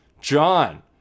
John